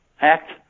act